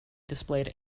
displayed